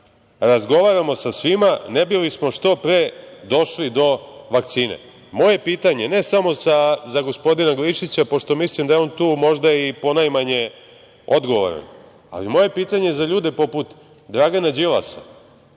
Razgovaramo sa svima ne bili smo što pre došli do vakcine. Moje pitanje ne samo za gospodina Glišića pošto mislim da je on tu možda i po najmanje odgovoran, ali moje pitanje za ljude poput Dragana Đilasa,